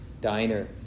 diner